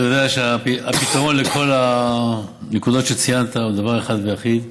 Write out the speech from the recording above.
אתה יודע שהפתרון לכל הנקודות שציינת הוא דבר ואחד ויחיד: